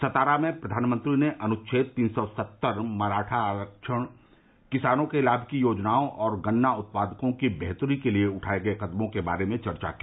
सातारा में प्रधानमंत्री ने अनुच्छेद तीन सौ सत्तर मराठा आरक्षण किसानों के लान की योजनाओं और गन्ना उत्पादकों की बेहतरी के लिए उठाए गए कदमों के बारे में चर्चा की